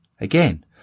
Again